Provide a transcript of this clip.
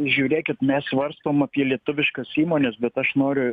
žiūrėkit mes svarstom apie lietuviškas įmones bet aš noriu